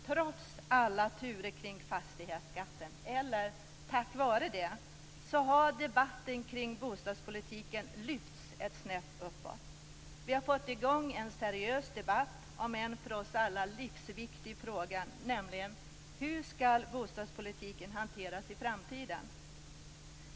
Trots alla turer kring fastighetsskatten - eller tack vare dem - har debatten kring bostadspolitiken lyfts ett snäpp uppåt. Vi har fått i gång en seriös debatt om en för oss alla livsviktig fråga, nämligen hur bostadspolitiken skall hanteras i framtiden.